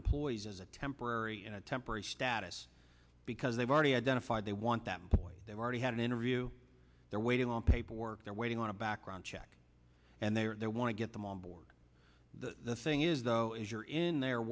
employees as a temporary in a temporary status because they've already identified they want that boy they've already had an interview they're waiting on paperwork they're waiting on a background check and they are there want to get them on board the thing is though if you're in there